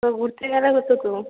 তো ঘুরতে গেলে হতো তো